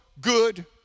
good